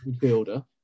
builder